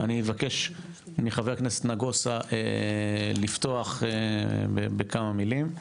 אני אבקש מח"כ נגוסה לפתוח בכמה מילים.